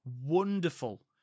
Wonderful